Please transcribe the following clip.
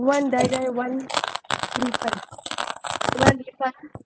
want die die want refund want refund